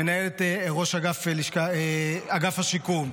מנהלת אגף השיקום,